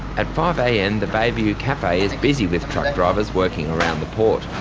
at five am the bayview cafe is busy with truck drivers working around the port.